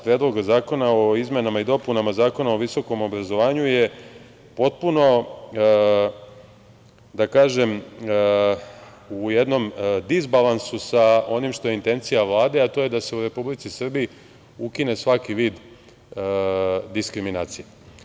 Predloga zakona o izmenama i dopunama Zakona o visokom obrazovanju je potpuno, da kažem, u jednom disbalansu sa onim što je intencija Vlade, a to je da se u Republici Srbiji ukine svaki vid diskriminacije.